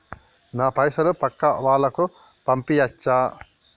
నా పైసలు పక్కా వాళ్ళకు పంపియాచ్చా?